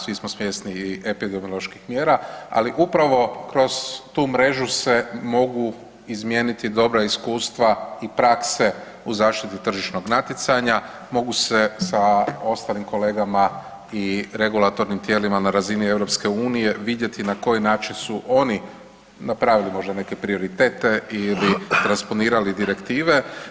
Svi smo svjesni i epidemioloških mjera, ali upravo kroz tu mrežu se mogu izmijeniti dobra iskustva i prakse u zaštiti tržišnog natjecanja, mogu se sa ostalim kolegama i regulatornim tijelima na razini Europske unije vidjeti na koji način su oni napravili možda neke prioritete ili transponirali direktive.